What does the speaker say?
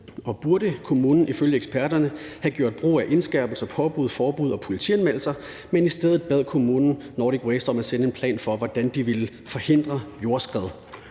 burde kommunen ifølge eksperterne have gjort brug af indskærpelser, påbud, forbud og politianmeldelser, men i stedet bad kommunen Nordic Waste om at sende en plan for, hvordan de ville forhindre jordskred.